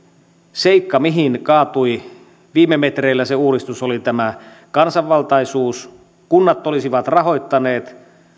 seikka mihin kaatui viime metreillä se uudistus oli tämä kansanvaltaisuus kunnat olisivat rahoittaneet